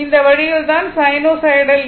இந்த வழியில் தான் சைனூசாய்டல் ஈ